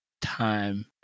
time